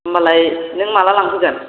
होम्बालाय नों माब्ला लांफैगोन